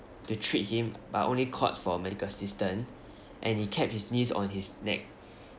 to treat him but only called for medical assistance and he kept his knees on his neck